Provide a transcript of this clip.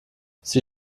sie